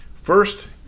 First